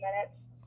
minutes